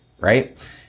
right